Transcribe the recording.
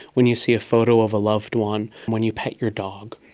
when you see a photo of a loved one, when you pat your dog.